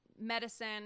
medicine